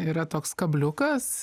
yra toks kabliukas